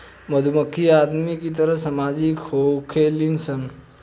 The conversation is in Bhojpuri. मधुमक्खी आदमी के तरह सामाजिक होखेली सन